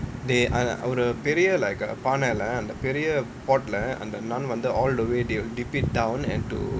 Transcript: they அவரு பெரிய:avaru periya like பெரிய பானைல பெரிய:periya panaila periya pot அந்த:antha naan வந்து:vanthu all the way they will dip it down and to